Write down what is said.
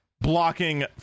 blocking